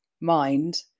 mind